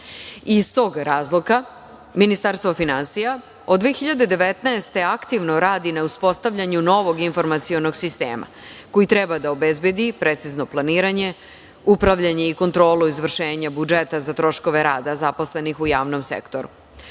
tog razloga, Ministarstvo finansija od 2019. godine aktivno radi na uspostavljanju novog informacionog sistema koji treba da obezbedi precizno planiranje, upravljanje i kontrolu izvršenja budžeta za troškove rada zaposlenih u javnom sektoru.